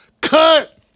cut